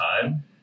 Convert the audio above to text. time